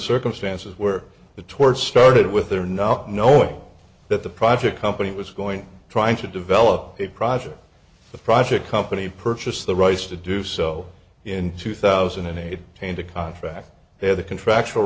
circumstances where the tour started with their not knowing that the project company was going trying to develop a project the project company purchased the rights to do so in two thousand and eight paint a contract there the contractual